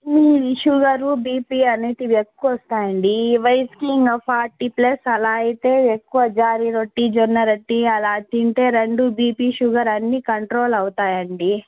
sugar BP అనేవి ఎక్కువ వస్తాయి అండి ఈ వయసుకి ఫార్టీ ప్లస్ అలా అయితే ఎక్కువ రాగి రొట్టి జొన్న రొట్టి అలా తింటే రెండు బీపీ షుగర్ అన్నీ కంట్రోల్ అవుతాయి అండి